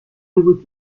with